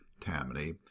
Tammany